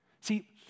See